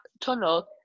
tunnel